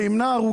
וזה ימנע הרוגים.